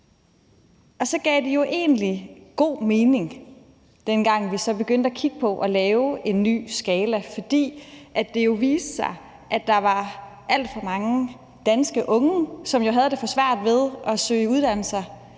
Så gav det jo egentlig god mening, dengang vi så begyndte at kigge på at lave en ny skala, fordi det jo viste sig, at der var alt for mange danske unge, som havde det for svært med at søge uddannelser